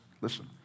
Listen